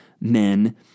men